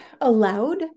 allowed